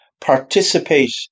Participate